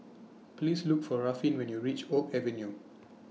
Please Look For Ruffin when YOU REACH Oak Avenue